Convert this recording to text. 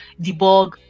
debug